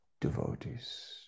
devotees